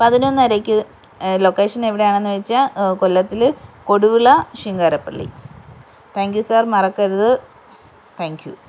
പതിനൊന്നരക്ക് location എവിടെയാണെന്ന് വെച്ചാൽ കൊല്ലത്തിൽ Koduvila Shinkarappally thank you sir മറക്കരുത് താങ്ക് യൂ